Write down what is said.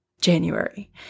January